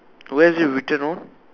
where is it written on